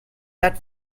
that